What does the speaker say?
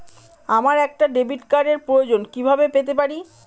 আমার একটা ডেবিট কার্ডের প্রয়োজন কিভাবে পেতে পারি?